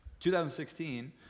2016